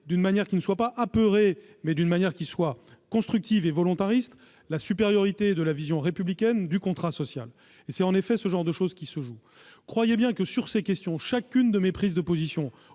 d'une manière qui ne soit pas apeurée mais constructive et volontariste, la supériorité de la vision républicaine du contrat social. C'est bien ce genre de choses qui se jouent là. Croyez bien que, sur ces questions, chacune de mes prises de position,